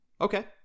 Okay